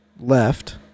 left